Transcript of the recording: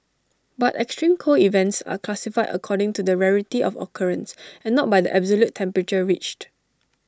but extreme cold events are classified according to the rarity of occurrence and not by the absolute temperature reached